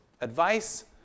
Advice